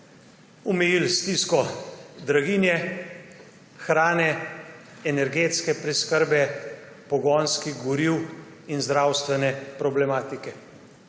omejili stisko draginje, hrane, energetske preskrbe, pogonskih goriv in zdravstvene problematike.